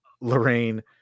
lorraine